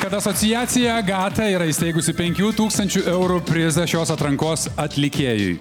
kad asociacija agata yra įsteigusi penkių tūkstančių eurų prizą šios atrankos atlikėjui